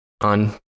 on